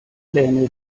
pläne